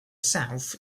south